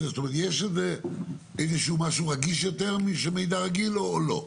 יש איזה שהוא משהו רגיש יותר ממידע רגיל או לא?